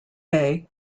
bay